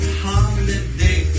holiday